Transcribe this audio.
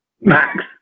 Max